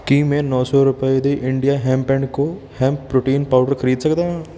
ਕੀ ਮੈਂ ਨੌਂ ਸੌ ਰੁਪਏ ਦੇ India hemp and co hemp protein powder ਖਰੀਦ ਸਕਦਾ ਹਾਂ